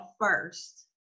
first